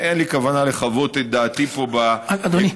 אין לי כוונה לחוות את דעתי פה, אדוני,